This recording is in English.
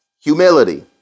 humility